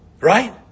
Right